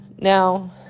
now